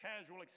Casual